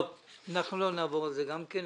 לא נעבור על זה גם כן,